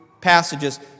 passages